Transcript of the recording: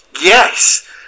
Yes